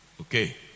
Okay